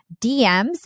DMs